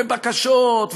ובקשות,